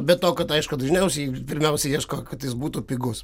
be to kad aišku dažniausiai pirmiausia ieško kad jis būtų pigus